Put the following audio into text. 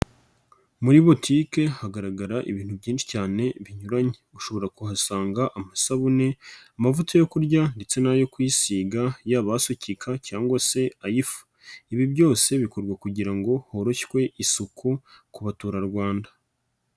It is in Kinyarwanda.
Muri botike hagaragara ibintu byinshi cyane binyuranye, ushobora kuhasanga amasabune, amavuta yo kurya ndetse n'ayo kwisiga yaba asukika cyangwa se ay'ifu, ibi byose bikorwa kugira ngo horoshywe isuku ku baturarwanda.